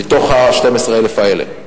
מתוך ה-12,000 האלה.